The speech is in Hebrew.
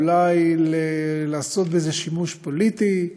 אולי לעשות בזה שימוש פוליטי,